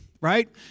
right